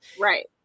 Right